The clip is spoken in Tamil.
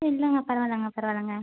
இல்லைங்க பரவாயில்லங்க பரவாயில்லங்க